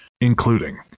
including